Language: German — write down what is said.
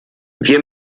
wir